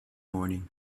morning